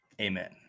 amen